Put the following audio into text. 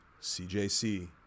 CJC